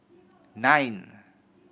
nine